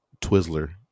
Twizzler